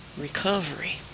recovery